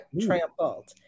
trampled